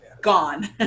gone